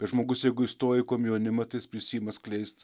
kad žmogus jeigu įstoja į komjaunimą tai jis prisiima skleist